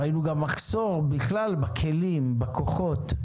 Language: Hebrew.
ראינו גם מחסור בכלל בכלים, בכוחות,